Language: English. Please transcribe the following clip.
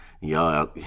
Y'all